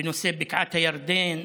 בנושא בקעת הירדן.